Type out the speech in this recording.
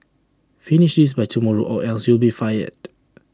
finish this by tomorrow or else you'll be fired